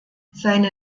seine